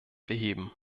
beheben